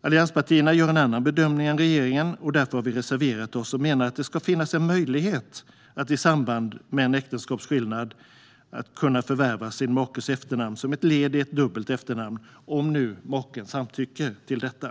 Allianspartierna gör en annan bedömning än regeringen. Därför har vi reserverat oss och menar att det i samband med en äktenskapsskillnad ska finnas en möjlighet att förvärva sin makes efternamn som ett led i ett dubbelt efternamn, om maken samtycker till detta.